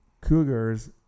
Cougars